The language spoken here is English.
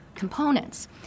components